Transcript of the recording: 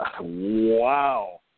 Wow